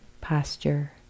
posture